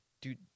Dude